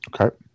Okay